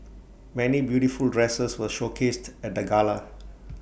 many beautiful dresses were showcased at the gala